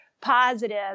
positive